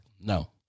No